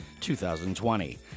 2020